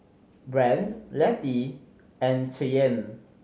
Brandt Lettie and Cheyenne